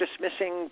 dismissing